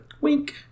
Wink